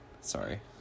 Sorry